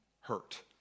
hurt